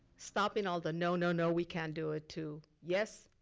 stopping all the no, no, no we can't do it, to yes.